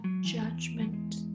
judgment